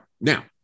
Now